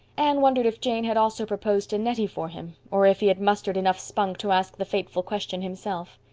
anne wondered if jane had also proposed to nettie for him, or if he had mustered enough spunk to ask the fateful question himself.